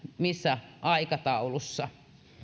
missä aikataulussa